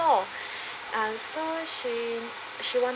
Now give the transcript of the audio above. for uh so she she wanted